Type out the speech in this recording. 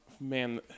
Man